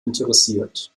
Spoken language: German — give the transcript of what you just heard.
interessiert